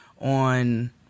on